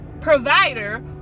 provider